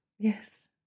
Yes